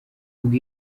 umva